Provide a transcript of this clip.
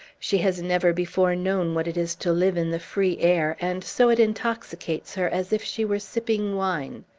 she has never before known what it is to live in the free air, and so it intoxicates her as if she were sipping wine.